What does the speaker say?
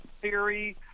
theory